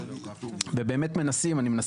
ובאמת מנסים.